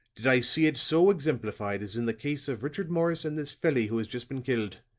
did i see it so exemplified as in the case of richard morris and this felly who has just been killed.